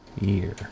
Year